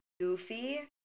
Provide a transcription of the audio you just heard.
Goofy